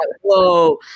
whoa